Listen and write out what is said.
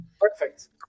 Perfect